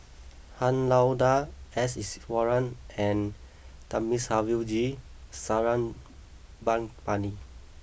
Han Lao Da S Iswaran and Thamizhavel G Sarangapani